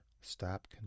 stop